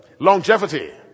longevity